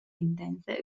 intense